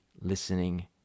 listening